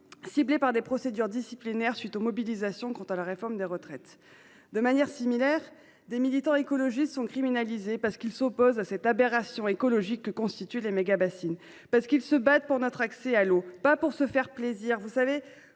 ciblés par des procédures disciplinaires à la suite des mobilisations contre la réforme des retraites. De manière similaire, des militants écologistes sont criminalisés, parce qu’ils s’opposent à cette aberration écologique que constituent les mégabassines. Ils se battent pour notre accès commun à l’eau, non pour se faire plaisir : nous